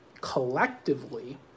collectively